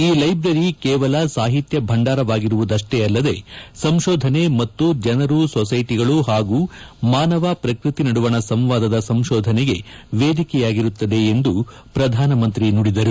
ಈ ಲ್ವೆಬ್ರರಿ ಕೇವಲ ಸಾಹಿತ್ಯ ಭಂಡಾರವಾಗಿರುವುದಷ್ಲೇ ಅಲ್ಲದೆ ಸಂಶೋಧನೆ ಮತ್ತು ಜನರು ಸೊಸೈಟಿಗಳು ಹಾಗೂ ಮಾನವ ಪ್ರಕೃತಿ ನಡುವಣ ಸಂವಾದದ ಸಂಶೋಧನೆಗೆ ವೇದಿಕೆಯಾಗಿರುತ್ತದೆ ಎಂದು ಪ್ರಧಾನಮಂತ್ರಿ ನುಡಿದರು